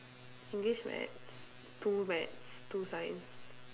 english maths two maths two science